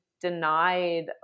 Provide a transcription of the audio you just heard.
denied